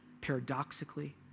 paradoxically